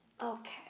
Okay